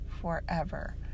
forever